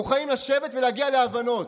מוכנים לשבת ולהגיע להבנות.